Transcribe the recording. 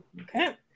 Okay